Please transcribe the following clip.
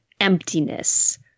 emptiness